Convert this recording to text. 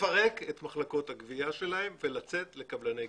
האחראי על הגבייה ברשות המקומית,